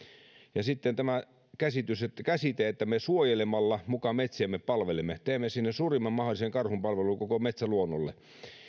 sitten tämä käsite että me suojelemalla muka metsiämme palvelemme teemme siinä suurimman mahdollisen karhunpalveluksen koko metsäluonnolle